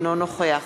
אינו נוכח